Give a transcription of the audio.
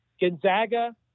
Gonzaga